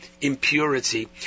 impurity